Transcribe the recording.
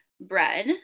bread